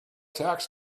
tax